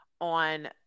on